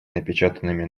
напечатанными